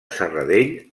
serradell